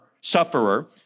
sufferer